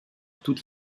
toutes